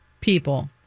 people